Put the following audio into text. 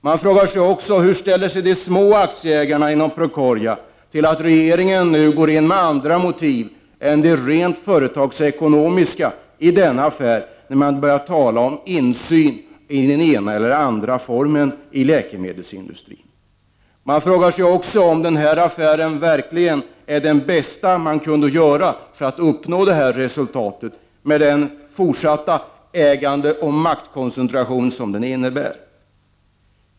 Man frågar sig också hur de små aktieägarna i Procordia ställer sig till att regeringen nu går in i denna affär med andra motiv än rent företagsekonomiska och talar om insyn i läkemedelsindustrin. Man frågar sig vidare om den här affären med den fortsatta ägandeoch maktkoncentration som den innebär är den bästa regeringen kunde göra för att uppnå detta resultat.